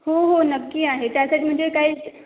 हो हो नक्की आहे त्यासाठी म्हणजे काही